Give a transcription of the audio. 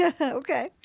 Okay